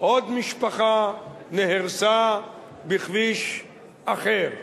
עוד משפחה נהרסה בכביש אחר.